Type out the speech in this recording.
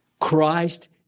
Christ